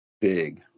Big